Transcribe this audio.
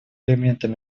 элементом